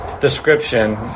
description